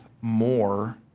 more